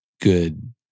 good